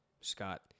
Scott